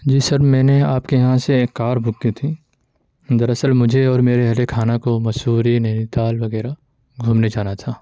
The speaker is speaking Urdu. جی سر میں نے آپ کے یہاں سے ایک کار بک کی تھی در اصل مجھے اور میرے اہل خانہ کو مسوری نینی تال وغیرہ گھومنے جانا تھا